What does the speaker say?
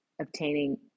obtaining